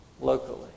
Locally